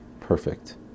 perfect